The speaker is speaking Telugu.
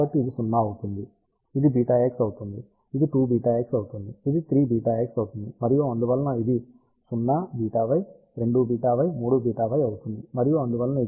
కాబట్టి ఇది 0 అవుతుంది ఇది βx అవుతుంది ఇది 2βx అవుతుంది ఇది 3βx అవుతుంది మరియు అందువలన ఇది 0 βy 2βy 3βy అవుతుంది మరియు అందువలన